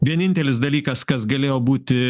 vienintelis dalykas kas galėjo būti